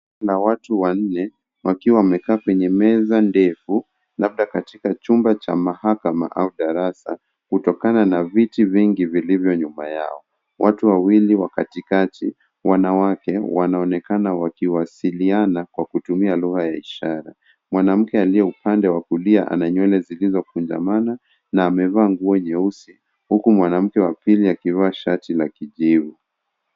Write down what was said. Kuna watu wanne, wakiwa wamekaa kwenye meza ndefu, labda katika chumba cha mahakama au darasa, kutokana na viti vingi vilivyo nyuma yao. Watu wawili wa katikati, wanawake, wanaonekana wakiwasiliana kwa kutumia lugha ya ishara. Mwanamke aliye upande wa kulia ana nywele zilizokunjamana na amevaa nguo nyeusi, huku mwanamke wa pili akivaa shati la kijivu.